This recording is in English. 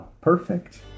Perfect